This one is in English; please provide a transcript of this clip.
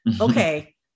okay